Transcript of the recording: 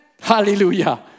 Hallelujah